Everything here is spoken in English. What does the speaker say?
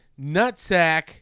nutsack